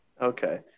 Okay